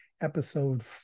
episode